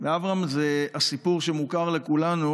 אברהם הוא מהסיפור שמוכר לכולנו,